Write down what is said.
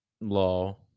law